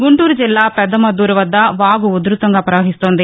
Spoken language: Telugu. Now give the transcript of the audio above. గుంటూరు జిల్లా పెద్దమద్దారు వద్ద వాగు ఉద్భతంగా పవహిస్తోంది